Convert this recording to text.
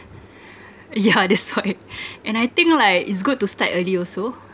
yeah that's why and I think like it's good to start early also